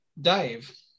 Dave